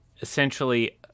essentially